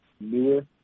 newer